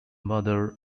mother